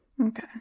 Okay